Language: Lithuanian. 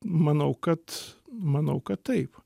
manau kad manau kad taip